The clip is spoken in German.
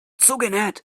zugenäht